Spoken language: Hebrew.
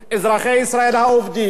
אזרחי ישראל העובדים,